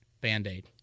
Band-Aid